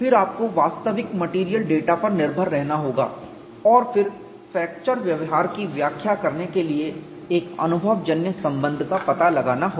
फिर आपको वास्तविक मेटेरियल डेटा पर निर्भर रहना होगा और फिर फ्रैक्चर व्यवहार की व्याख्या करने के लिए एक अनुभवजन्य संबंध का पता लगाना होगा